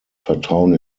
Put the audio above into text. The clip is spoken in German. vertrauen